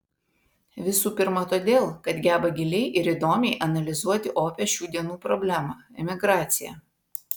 visų pirma todėl kad geba giliai ir įdomiai analizuoti opią šių dienų problemą emigraciją